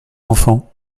enfants